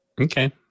Okay